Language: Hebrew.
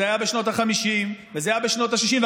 זה היה בשנות החמישים וזה היה בשנות השישים,